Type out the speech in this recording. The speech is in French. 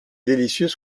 délicieux